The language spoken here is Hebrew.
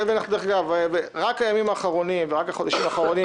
הימים האחרונים והחודשים האחרונים